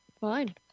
Fine